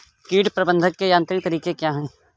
कीट प्रबंधक के यांत्रिक तरीके क्या हैं?